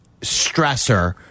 stressor